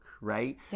right